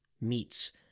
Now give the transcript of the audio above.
meets